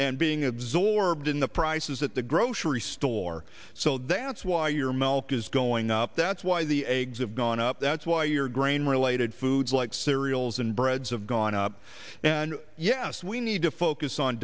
and being absorbed then the prices at the grocery store so that's why your milk is going up that's why the eggs of gone up that's why your grain related foods like cereals and breads have gone up and yes we need to focus on